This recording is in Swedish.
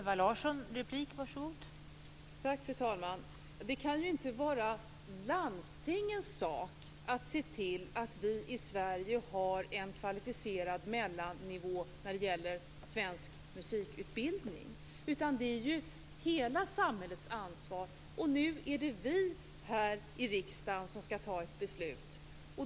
Fru talman! Det kan inte vara landstingens sak att se till att vi i Sverige har en kvalificerad mellannivå när det gäller svensk musikutbildning. Det är ju hela samhällets ansvar. Nu är det vi här i riksdagen som skall ta ett beslut.